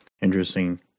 interesting